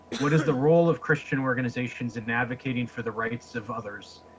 what is the role of christian organizations in advocating for the rights of others,